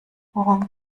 worum